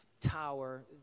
tower